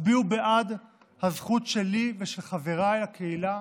תצביעו בעד הזכות שלי ושל חבריי בקהילה